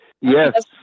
Yes